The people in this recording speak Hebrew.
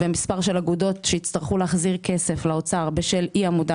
מספר של אגודות שיצטרכו להחזיר כסף לאוצר בשל אי עמידה